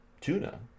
tuna